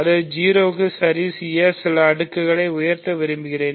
அதை 0 க்கு சரி செய்ய சில அடுக்குகளை உயர்த்த விரும்புகிறேன்